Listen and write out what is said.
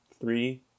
Three